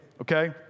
okay